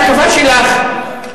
התגובה שלך,